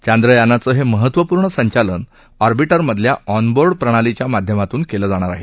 चांद्रयानाचं हे महत्वपूर्ण संचालन ऑर्बिउमधल्या ऑनबोर्ड प्रणालीच्या माध्यमातून केलं जाणार आहे